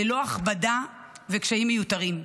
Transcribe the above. ללא הכבדה וקשיים מיותרים.